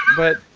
but